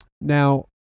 Now